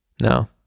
No